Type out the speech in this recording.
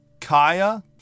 kaya